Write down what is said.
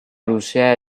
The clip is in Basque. luzea